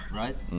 right